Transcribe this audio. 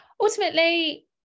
ultimately